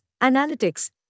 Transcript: analytics